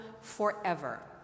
forever